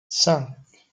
cinq